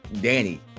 danny